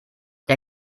der